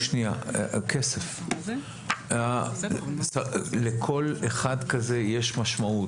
לכל אחד כזה יש משמעות.